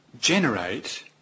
generate